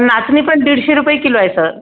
नाचणी पण दीडशे रुपये किलो आहे सर